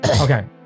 Okay